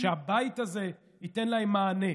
שהבית הזה, ייתן להם מענה.